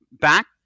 back